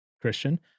Christian